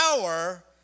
power